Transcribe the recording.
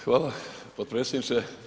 Hvala potpredsjedniče.